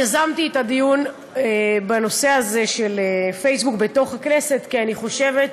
יזמתי את הדיון בנושא הזה של הפייסבוק בכנסת כי אני חושבת